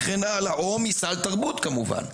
או מסל תרבות כמובן,